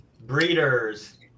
breeders